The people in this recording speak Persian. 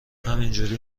همینجوری